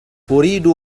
أريد